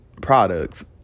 products